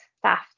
staff